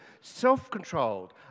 self-controlled